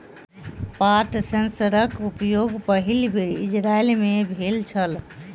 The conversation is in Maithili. पात सेंसरक प्रयोग पहिल बेर इजरायल मे भेल छल